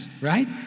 right